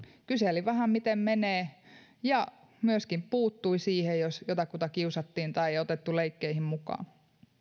kyseli vähän miten menee ja myöskin puuttui siihen jos jotakuta kiusattiin tai ei otettu leikkeihin mukaan